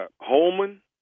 Holman